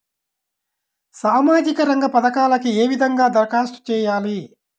సామాజిక రంగ పథకాలకీ ఏ విధంగా ధరఖాస్తు చేయాలి?